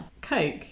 coke